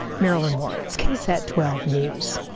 marilyn moritz ksat twelve news.